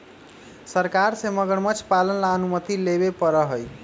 सरकार से मगरमच्छ पालन ला अनुमति लेवे पडड़ा हई